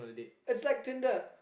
it's like Tinder